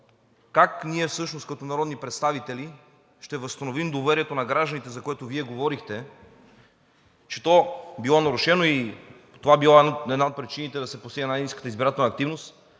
как ние като народни представители ще възстановим доверието на гражданите, за което Вие говорихте, че било нарушено и това била една от причините да се постигне най-ниската избирателна активност.